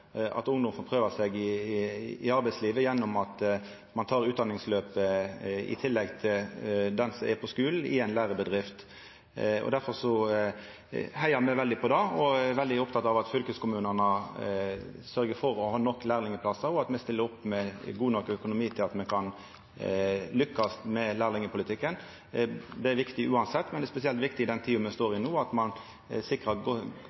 at ungdom får prøva seg i arbeidslivet gjennom å ta utdanningsløpet – i tillegg til det som er på skulen – i ei lærebedrift. Derfor heiar me veldig på det og er veldig opptekne av at fylkeskommunane sørgjer for å ha nok lærlingplassar, og at me stiller opp med god nok økonomi til at me kan lykkast med lærlingpolitikken. Det er viktig uansett, men det er spesielt viktig i den tida vi står